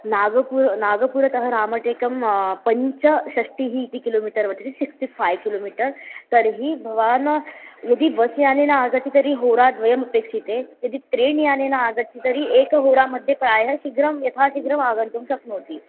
नागपुरं नागपुरतः रामटेकं पञ्चषष्टिः इति किलोमीटर् वर्तते सिक्स्टि फ़ै किलोमीटर् तर्हि भवान् यदि बस् यानेन आगच्छति तर्हि होराद्वयमपेक्ष्यते यदि ट्रेन् यानेन आगच्छति तर्हि एकहोरा मध्ये प्रायः शीघ्रं यथाशीघ्रम् आगन्तुं शक्नोति